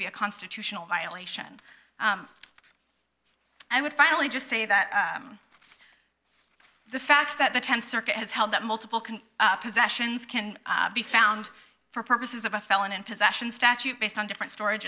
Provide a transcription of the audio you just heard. be a constitutional violation i would finally just say that the fact that the th circuit has held that multiple can possessions can be found for purposes of a felon in possession statute based on different storage